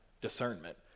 discernment